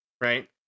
Right